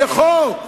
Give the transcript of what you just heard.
זה חוק.